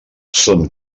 són